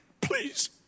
Please